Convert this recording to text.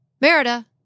Merida